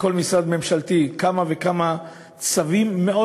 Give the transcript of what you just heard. בכל משרד ממשלתי מחזיקים כמה וכמה צווים מאוד